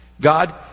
God